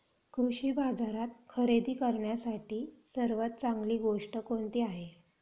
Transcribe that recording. कृषी बाजारात खरेदी करण्यासाठी सर्वात चांगली गोष्ट कोणती आहे?